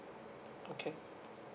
okay